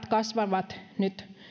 kasvavat nyt